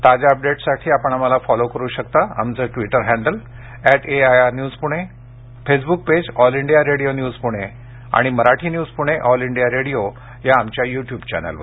ताज्या अपडेट्ससाठी आपण आम्हाला फॉलो करू शकता आमचं Twitter handle at AIR news Pune Facebook page All India Radio news Pune आणि Marathi news Pune All India Radio या आमच्या युट्युब चॅनेलवर